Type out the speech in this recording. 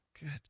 Good